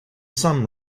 some